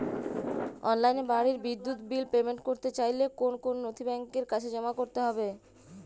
অনলাইনে বাড়ির বিদ্যুৎ বিল পেমেন্ট করতে চাইলে কোন কোন নথি ব্যাংকের কাছে জমা করতে হবে?